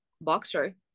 boxer